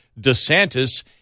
DeSantis